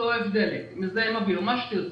שורף דלק, מזהם אוויר, מה שתרצו,